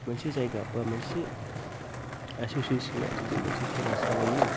मोनसे जायगा बा मोनसे एस'सियेशना जुदि मोनसे खेला सालायो